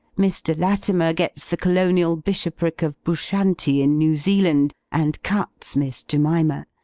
mr. latimer gets the colonial bishopric of bushantee, in new zealand, and cuts miss jemima.